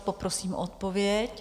Poprosím o odpověď.